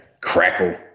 Crackle